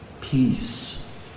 peace